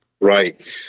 Right